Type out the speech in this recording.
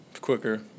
quicker